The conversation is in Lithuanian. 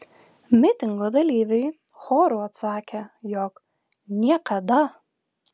mitingo dalyviai choru atsakė jog niekada